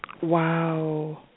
Wow